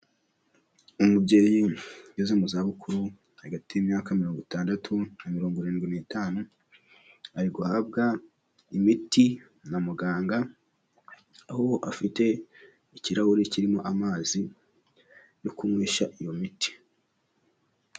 Umubyeyi ugeze mu za bukuru, hagati y'imyaka mirongo itandatu na mirongo irindwi n'itanu, ari guhabwa imiti na muganga, aho afite ikirahuri kirimo amazi yo kunywesha iyo miti.